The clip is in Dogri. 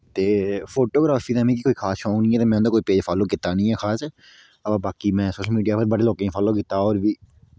ते फोटोग्राफी दा मिगी कोई खास शौक नी ऐ ते में उंदा कोई पेज़ फॉलो कीता निं ऐ खास बाकी में सोशल मीडिया पर बड़े लोकें फॉलो कीता